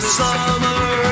summer